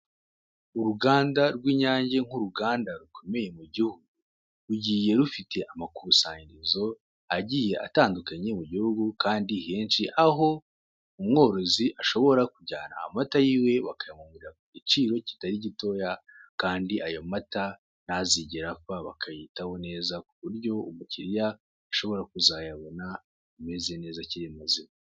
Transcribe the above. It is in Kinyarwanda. Uruganda rw'inyange nk'uruganda rukomeye mu gihugu rugiye rufite amakusanyirizo agiye atandukanye mu gihugu kandi henshi, aho umworozi ashobora kujyana amata yiwe bakayamugurira ku giciro kitari gitoya, kandi ayo mata ntazigere apfa bakayitaho neza kuburyo umukiriya ashobora kuzayabona ameze neza akiri mazima.